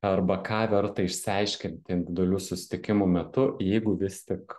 arba ką verta išsiaiškinti individualių susitikimų metu jeigu vis tik